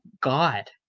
god